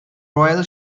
royal